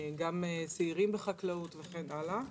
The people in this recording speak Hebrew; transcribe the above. גם צעירים בחקלאות וכן הלאה.